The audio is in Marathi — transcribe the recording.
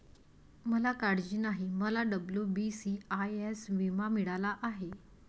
मला काळजी नाही, मला डब्ल्यू.बी.सी.आय.एस विमा मिळाला आहे